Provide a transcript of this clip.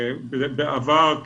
בעבר,